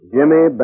Jimmy